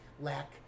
lack